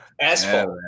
asphalt